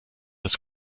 das